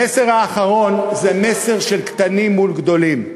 המסר האחרון זה מסר של קטנים מול גדולים,